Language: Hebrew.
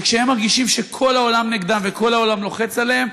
וכשהם מרגישים שכל העולם נגדם וכל העולם לוחץ עליהם,